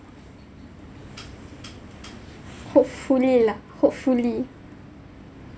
hopefully lah hopefully